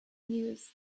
news